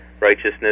righteousness